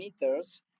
meters